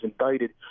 indicted